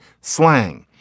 slang